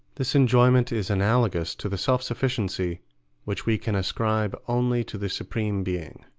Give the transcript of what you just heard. this enjoyment is analogous to the self-sufficiency which we can ascribe only to the supreme being.